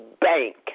bank